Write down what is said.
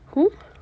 who